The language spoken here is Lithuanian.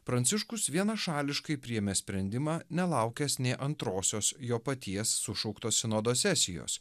pranciškus vienašališkai priėmė sprendimą nelaukęs nei antrosios jo paties sušauktos sinodo sesijos